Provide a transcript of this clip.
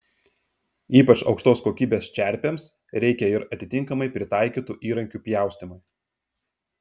ypač aukštos kokybės čerpėms reikia ir atitinkamai pritaikytų įrankių pjaustymui